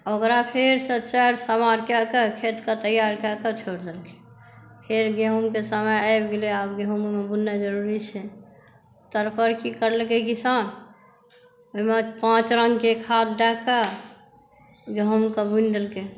ओकरा फेरसॅं चारि चाॅंस कए कऽ खेतके तैआर कए कऽ छोड़ि देलकै फेर गहूॉंमक समय आबि गेलै आब गहूॅंम ओहिमे बुननाइ ज़रूरी छै तै पर की करलकै किसान ओहिमे पाँच रंगके खाद दए कऽ गहूॅंमके बुनि देलकै